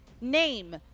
Name